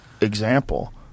example